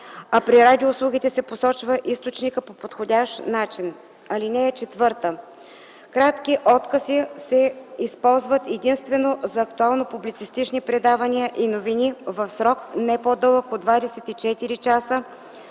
а при радиоуслугите се посочва източникът по подходящ начин. (4) Кратки откъси се използват единствено за актуално-публицистични предавания и новини в срок, не по-дълъг от 24 часа,